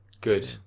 Good